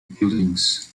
buildings